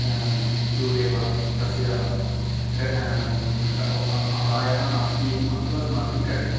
दूरे वा तस्य अभायः नास्ति इति मत्वा अस्माभिः करणीयं